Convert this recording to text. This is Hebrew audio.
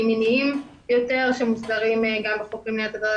מיניים יותר שמוסדרים גם בחוק למניעת הטרדה